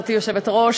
גברתי היושבת-ראש,